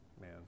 man